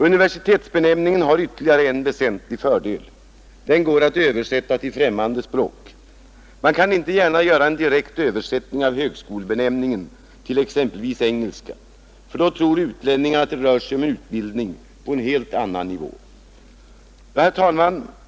Universitetsbenämningen har ytterligare en väsentlig fördel. Den går att översätta till ffrämmande språk. Man kan inte gärna göra en direkt översättning av högskolbenämningen till exempelvis engelska; då tror utlänningar att det rör sig om utbildning på helt annan nivå. Herr talman!